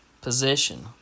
position